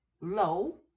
low